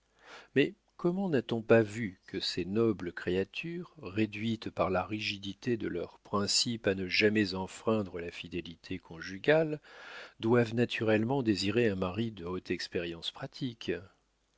mais comment n'a-t-on pas vu que ces nobles créatures réduites par la rigidité de leurs principes à ne jamais enfreindre la fidélité conjugale doivent naturellement désirer un mari de haute expérience pratique